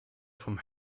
vom